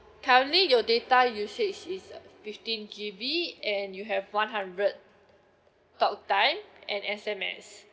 currently your data usage is fifteen G_B and you have one hundred talk time and S_M_S